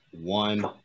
One